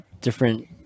different